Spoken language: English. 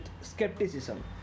skepticism